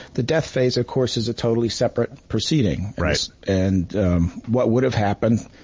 the death phase of course, is a totally separate proceeding. and what would have happened,